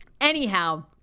Anyhow